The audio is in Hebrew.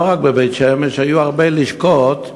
לא רק בבית-שמש אלא בהרבה לשכות,